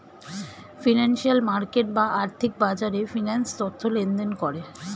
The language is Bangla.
ফিনান্সিয়াল মার্কেট বা আর্থিক বাজারে ফিন্যান্স তথ্য লেনদেন করে